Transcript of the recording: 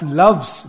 loves